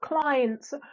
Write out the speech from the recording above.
clients